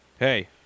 hey